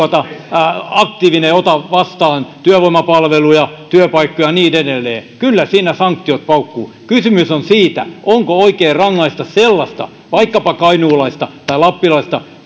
aktiivinen ja ota vastaan työvoimapalveluja työpaikkoja ja niin edelleen kyllä siinä sanktiot paukkuvat kysymys on siitä onko oikein rangaista sellaista vaikkapa kainuulaista tai lappilaista